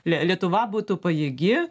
lie lietuva būtų pajėgi